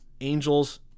Angels